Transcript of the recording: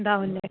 ഇതാവില്ലേ